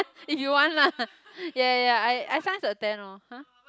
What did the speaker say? if you want lah ya ya ya I I try attend lor !huh!